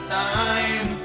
time